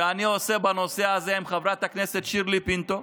שיש לי בנושא הזה עם חברת הכנסת שירלי פינטו.